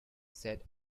said